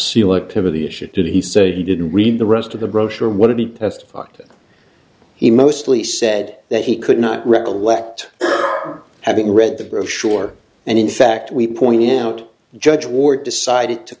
issue did he say he didn't read the rest of the brochure what did he testify that he mostly said that he could not recollect having read the brochure and in fact we pointing out judge ward decided to